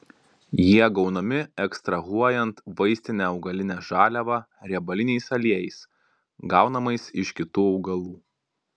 jie gaunami ekstrahuojant vaistinę augalinę žaliavą riebaliniais aliejais gaunamais iš kitų augalų